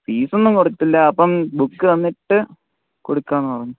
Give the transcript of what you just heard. ഫീസൊന്നും കൊടുത്തില്ല അപ്പം ബുക്ക് തന്നിട്ട് കൊടുക്കാമെന്നു പറഞ്ഞു